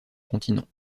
continent